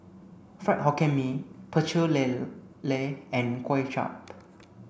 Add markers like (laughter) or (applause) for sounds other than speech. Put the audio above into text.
Fried Hokkien Mee Pecel Lele (unintelligible) and Kway Chap